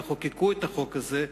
יחוקק אותו,